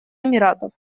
эмиратов